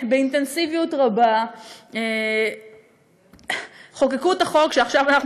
ובאינטנסיביות רבה חוקקו את החוק שעכשיו אנחנו